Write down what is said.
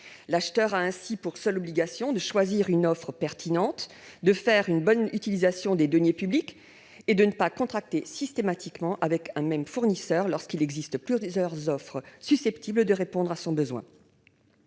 L'acheteur a ainsi pour seules obligations de choisir une offre pertinente, de faire une bonne utilisation des deniers publics et de ne pas contracter systématiquement avec un même fournisseur lorsqu'il existe plusieurs offres susceptibles de répondre à son besoin.